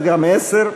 גם 10 מוסרת.